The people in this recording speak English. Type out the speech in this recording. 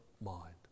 mind